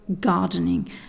gardening